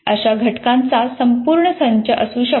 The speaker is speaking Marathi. अशा घटकांचा संपूर्ण संच असू शकतो